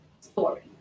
story